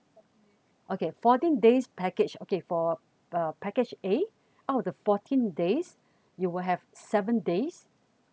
okay fourteen days package okay for uh package a out of the fourteen days you will have seven days